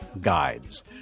guides